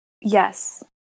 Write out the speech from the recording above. yes